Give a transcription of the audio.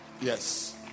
Yes